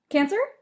Cancer